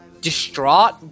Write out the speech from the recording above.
distraught